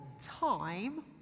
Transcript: time